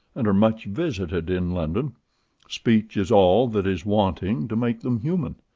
and are much visited in london speech is all that is wanting to make them human.